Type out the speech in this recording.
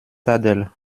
tadel